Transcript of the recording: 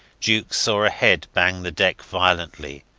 jukes saw a head bang the deck violently,